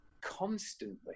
constantly